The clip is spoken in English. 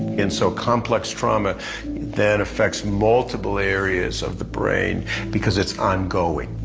and, so, complex trauma then affects multiple areas of the brain because it's ongoing.